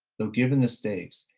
though given the stakes,